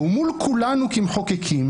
ומול כולנו כמחוקקים,